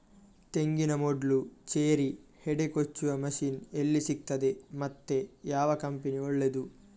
ತೆಂಗಿನ ಮೊಡ್ಲು, ಚೇರಿ, ಹೆಡೆ ಕೊಚ್ಚುವ ಮಷೀನ್ ಎಲ್ಲಿ ಸಿಕ್ತಾದೆ ಮತ್ತೆ ಯಾವ ಕಂಪನಿ ಒಳ್ಳೆದು?